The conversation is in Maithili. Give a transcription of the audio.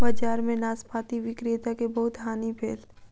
बजार में नाशपाती विक्रेता के बहुत हानि भेल